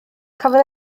cafodd